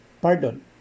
Pardon